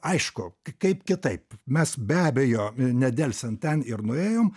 aišku kaip kitaip mes be abejo nedelsiant ten ir nuėjom